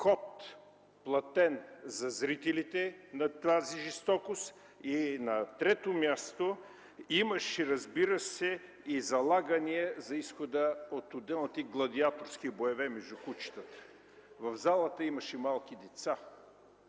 вход за зрителите на тази жестокост, и на трето място – имаше, разбира се, и залагания за изхода от отделните гладиаторски боеве между кучетата. В залата имаше малки деца.